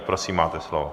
Prosím, máte slovo.